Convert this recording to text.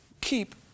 keep